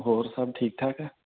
ਹੋਰ ਸਭ ਠੀਕ ਠਾਕ ਹੈ